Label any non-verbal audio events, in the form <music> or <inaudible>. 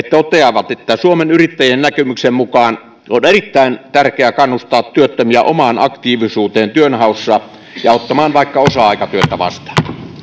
<unintelligible> toteaa että suomen yrittäjien näkemyksen mukaan on erittäin tärkeää kannustaa työttömiä omaan aktiivisuuteen työnhaussa ja ottamaan vaikka osa aikatyötä vastaan